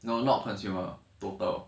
no not consumer total